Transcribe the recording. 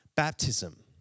baptism